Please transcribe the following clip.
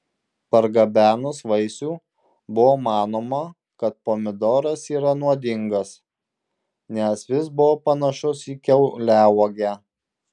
pargabenus vaisių buvo manoma kad pomidoras yra nuodingas nes jis buvo panašus į kiauliauogę